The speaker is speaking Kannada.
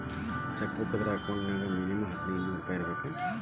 ಚೆಕ್ ಬುಕ್ ಇದ್ರ ಅಕೌಂಟ್ ನ್ಯಾಗ ಮಿನಿಮಂ ಹದಿನೈದ್ ನೂರ್ ಇರ್ಬೇಕು